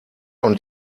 und